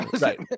Right